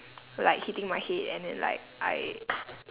like hitting my head and then like I